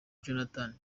jonathan